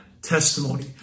testimony